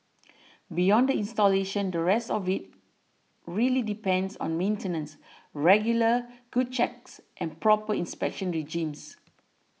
beyond the installation the rest of it really depends on maintenance regular good checks and proper inspection regimes